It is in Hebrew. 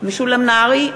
משולם נהרי,